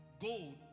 gold